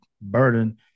burden